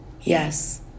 Yes